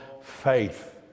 faith